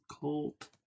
Colt